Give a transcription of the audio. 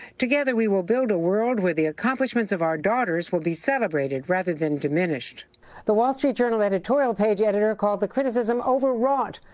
together we will build a world where the accomplishments of our daughters will be celebrated rather than diminished the wall street journal editorial page editor called the criticism overwrought.